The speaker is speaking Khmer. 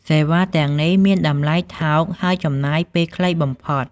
សេវាទាំងនេះមានតម្លៃថោកហើយចំណាយពេលខ្លីបំផុត។